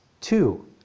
two